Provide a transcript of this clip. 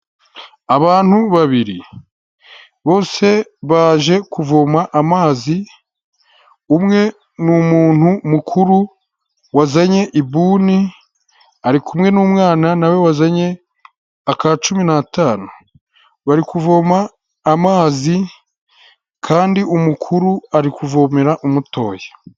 Abantu babiri bose baje kuvoma amazi umwe ni umuntu mukuru wazanye ibuni ari kumwe n'umwana nawe wazanye akacumi n'atanu, bari kuvoma amazi kandi umukuru ari kuvomera umutoya.